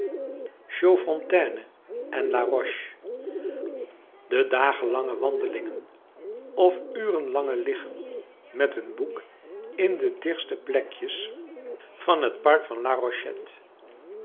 chaudfontaine en laroche de dagenlange wandelingen of urenlange liggen met een boek in de dichtste plekjes van het park van la